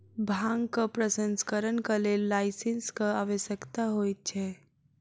भांगक प्रसंस्करणक लेल लाइसेंसक आवश्यकता होइत छै